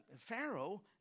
Pharaoh